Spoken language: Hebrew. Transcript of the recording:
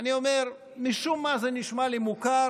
אני אומר, משום מה זה נשמע לי מוכר,